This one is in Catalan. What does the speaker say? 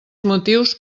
motius